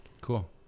cool